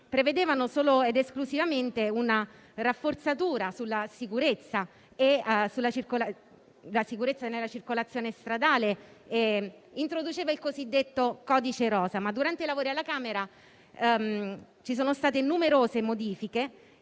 prevedevano solo ed esclusivamente un rafforzamento della sicurezza nella circolazione stradale, introducendo il cosiddetto codice rosa. Tuttavia, durante i lavori alla Camera, ci sono state numerose modifiche.